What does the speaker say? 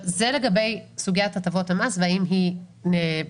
זה לגבי סוגיית הטבות המס והאם היא מסייעת.